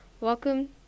Welcome